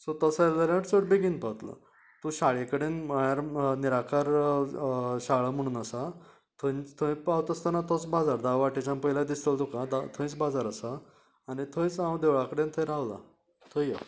so तसो आयलो जाल्यार चड बेगीन पावतलो तो शाळे कडेन म्हळ्यार निराकार शाळा म्हणून आसा थंय पावता आसतना तोच बाजार दावे वटेनच्यान पळयल्यार दिसतलो तुका थंयच बाजार आसा नी थंयच हांव देवळा कडेन थंय रावला थंय यो